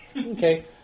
Okay